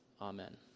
Amen